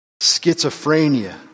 schizophrenia